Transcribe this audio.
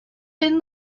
been